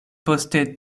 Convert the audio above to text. poste